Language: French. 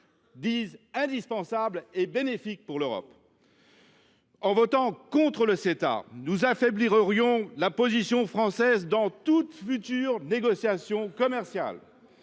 comme indispensable et bénéfique pour l’Europe. Évidemment ! En votant contre le Ceta, nous affaiblirions la position française dans toute future négociation commerciale.